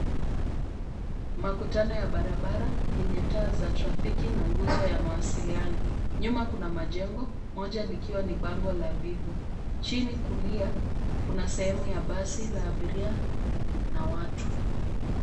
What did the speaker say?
Makutano ya barabara yenye taa za trafiki na nguzo ya mawasiliano. Nyuma kuna majengo, moja likiwa na bango la Vivo. Chini kulia, kuna sehemu ya basi la abiria na watu.